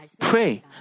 pray